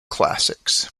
classics